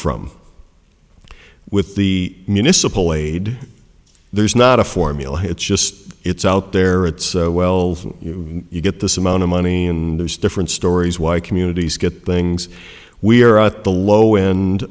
from with the municipal aid there's not a formula it's just it's out there or it's well you know you get this amount of money and there's different stories why communities get things we're at the low end